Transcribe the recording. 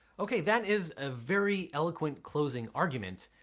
okay that is a very eloquent closing argument.